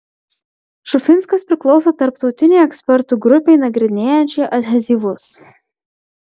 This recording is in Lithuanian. šufinskas priklauso tarptautinei ekspertų grupei nagrinėjančiai adhezyvus